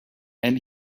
and